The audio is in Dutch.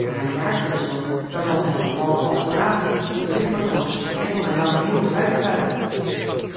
maar na een jaartje of zoo dan was hij al halfwassen brasem of licht matroos en kon hij lange meeuwis uitfluiten